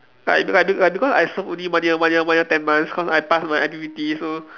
like like like because I serve only one year one year one year ten months cause I past my I_P_P_T so